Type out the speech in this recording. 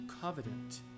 covenant